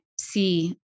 see